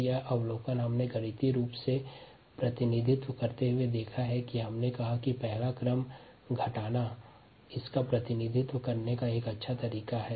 इस अवलोकन का गणितीय रूप इसे फर्स्ट आर्डर डीक्रीज़ के रूप में प्रदर्शित करता है